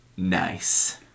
Nice